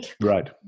Right